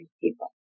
people